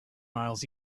miles